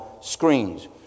screens